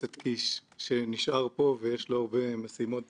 והציבור מבין שאתם יצרתם את הסדק הראשון